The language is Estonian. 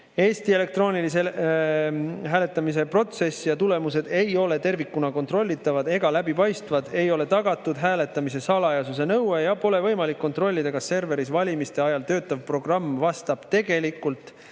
Eesti elektroonilise hääletamise protsess ja tulemused ei ole tervikuna kontrollitavad ega läbipaistvad. Ei ole tagatud hääletamise salajasuse nõue ja pole võimalik kontrollida, kas serveris valimiste ajal töötav programm tegelikult